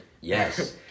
Yes